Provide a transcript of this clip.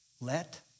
let